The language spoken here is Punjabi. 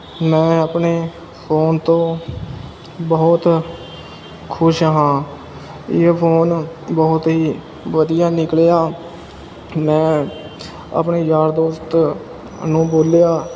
ਮੈਂ ਆਪਣੇ ਫੋਨ ਤੋਂ ਬਹੁਤ ਖੁਸ਼ ਹਾਂ ਇਹ ਫੋਨ ਬਹੁਤ ਹੀ ਵਧੀਆ ਨਿਕਲਿਆ ਮੈਂ ਆਪਣੇ ਯਾਰ ਦੋਸਤ ਨੂੰ ਬੋਲਿਆ